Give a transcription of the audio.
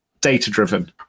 data-driven